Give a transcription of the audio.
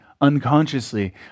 unconsciously